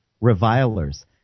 revilers